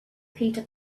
peter